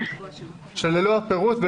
ללא הפירוט.